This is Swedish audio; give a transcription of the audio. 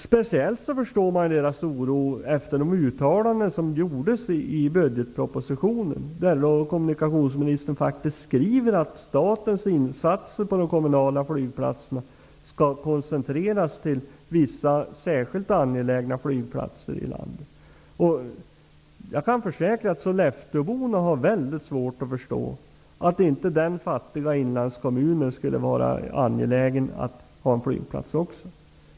Speciellt förstår man deras oro efter de uttalanden som gjordes i budgetpropositionen, där kommunikationsministern skriver att statens insatser på de kommunala flygplatserna skall koncentreras till vissa särskilt angelägna flygplatser i landet. Jag kan försäkra att sollefteborna har mycket svårt att förstå att det inte skulle vara angeläget för den fattiga inlandskommunen att också ha flygplats.